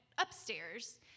upstairs